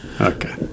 Okay